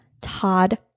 Todd